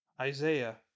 Isaiah